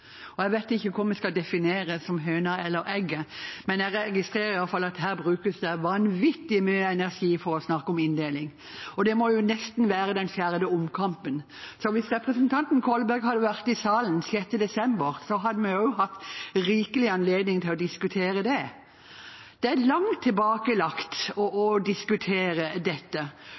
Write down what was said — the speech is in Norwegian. egget. Jeg vet ikke hva vi skal definere som høna eller egget, men jeg registrerer i alle fall at det brukes vanvittig mye energi på å snakke om inndeling – dette må nesten være den fjerde omkampen. Og hvis representanten Kolberg hadde vært i salen den 6. desember, hadde vi også hatt rikelig anledning til å diskutere det. Det er langt tilbakelagt å diskutere dette,